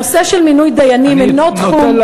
הנושא של מינוי דיינים אינו תחום,